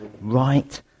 right